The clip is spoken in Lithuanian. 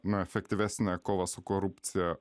na efektyvesnę kovą su korupcija